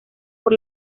por